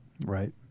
Right